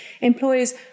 employers